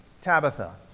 Tabitha